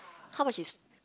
how much is